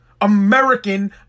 American